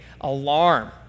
alarm